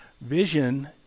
vision